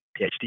PhD